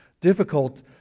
difficult